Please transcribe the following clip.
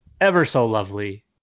ever-so-lovely